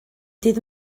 dydd